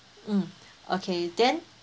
mm okay then